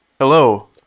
Hello